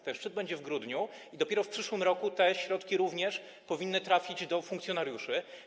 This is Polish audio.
Ten szczyt będzie w grudniu i dopiero w przyszłym roku te środki również powinny trafić do funkcjonariuszy.